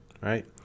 Right